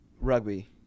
rugby